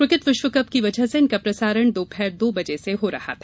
cricket विश्वकप की वजह से इनका प्रसारण दोपहर दो बजे हो रहा था